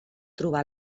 trobar